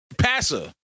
passer